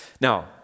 Now